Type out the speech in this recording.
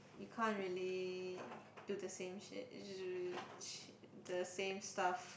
you can't really do the same shit the same stuff